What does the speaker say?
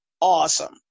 awesome